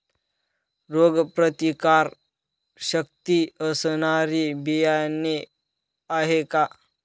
रोगप्रतिकारशक्ती असणारी बियाणे आहे का?